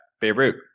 Beirut